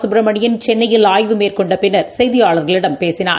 சுப்பிரமணியன் சென்னையில் ஆய்வு மேற்கொண்டபின்னா செய்தியாளர்களிடம் பேசினார்